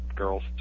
girls